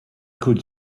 could